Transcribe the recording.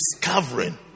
discovering